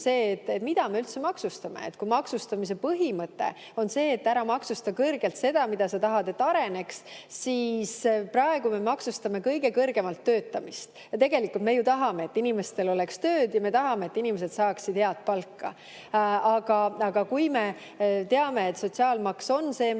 üle, mida me üldse maksustame. Kui maksustamise põhimõte on see, et ära maksusta kõrgelt seda, millel sa tahad lasta areneda[, siis tekib küsimus, miks] me praegu maksustame kõige kõrgemalt töötamist. Tegelikult me ju tahame, et inimestel oleks tööd, ja me tahame, et inimesed saaksid head palka. Aga kui me teame, et sotsiaalmaks on see maks, mis